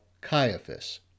Caiaphas